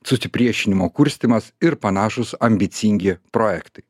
susipriešinimo kurstymas ir panašūs ambicingi projektai